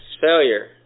failure